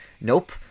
Nope